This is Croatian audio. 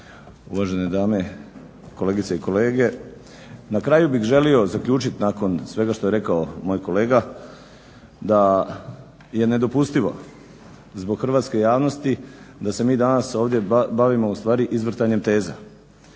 uvažene dame, kolegice i kolege. Na kraju bih želio zaključiti nakon svega što je rekao moj kolega da je nedopustivo zbog hrvatske javnosti da se mi danas ovdje bavimo ustvari izvrtanjem teza.